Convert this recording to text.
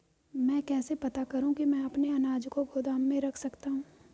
मैं कैसे पता करूँ कि मैं अपने अनाज को गोदाम में रख सकता हूँ?